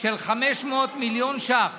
של 500 מיליון ש"ח